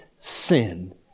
sin